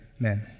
amen